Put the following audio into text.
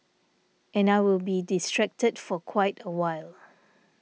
and I will be distracted for quite a while